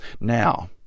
Now